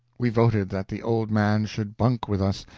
we voted that the old man should bunk with us,